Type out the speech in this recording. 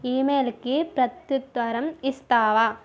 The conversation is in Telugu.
ఇమెయిల్కి ప్రత్యుత్తరం ఇస్తావా